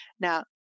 Now